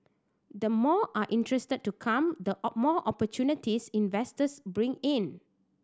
the more are interested to come the more opportunities investors bring in